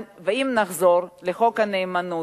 אם נחזור לחוק הנאמנות,